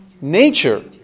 nature